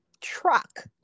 truck